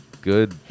good